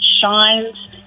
shines